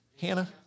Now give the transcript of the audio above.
Hannah